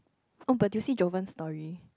oh but do you see Jovan's story